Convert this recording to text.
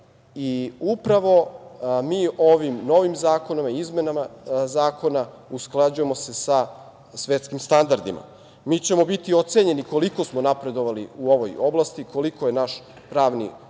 Upravo se ovim novim zakonom i izmenama zakona usklađujemo sa svetskim standardima. Mi ćemo biti ocenjeni koliko smo napredovali u ovoj oblasti, koliko je naš pravni okvir